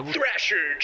Thrasher